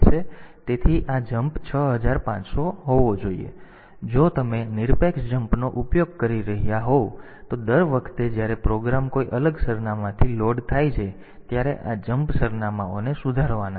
તેથી આ જમ્પ 6500 હોવો જોઈએ તેથી જો તમે નિરપેક્ષ જમ્પનો ઉપયોગ કરી રહ્યાં છો તો દર વખતે જ્યારે પ્રોગ્રામ કોઈ અલગ સરનામાંથી લોડ થાય છે ત્યારે આ જમ્પ સરનામાંઓને સુધારવાના છે